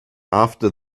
after